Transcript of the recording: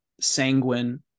sanguine